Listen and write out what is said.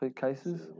cases